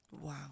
Wow